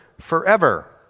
forever